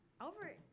over